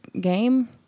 game